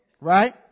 Right